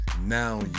Now